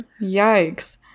yikes